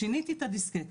שיניתי את הדיסקט,